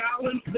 challenge